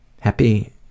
happy